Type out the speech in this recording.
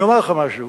אני אומר לך משהו: